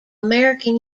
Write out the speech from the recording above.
american